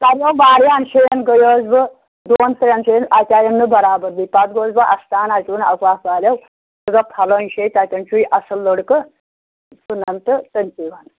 کریوم واریاہَن جایَن گٔیوُس بہٕ دۄن ترٛٮ۪ن جایَن اَتہِ آیَم نہٕ برابردی پَتہٕ گٔیوس بہٕ اَستان اَتہِ ووٚن اَوقاف والیو پھلٲنۍ شایہِ تَتیٚن چھُے اَصٕل لٔڑکہٕ تہٕ تٔمۍ سٕے وَن